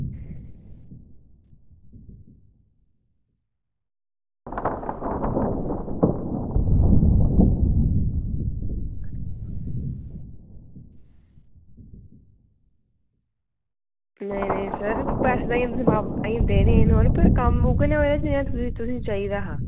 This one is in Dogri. नेईं नेईं सर पैसे अजें देने गै न पर कम्म उ'ऐ नेहा होएआ जनेहा तुसें चाहिदा हा